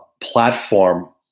platform